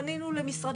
פנינו למשרד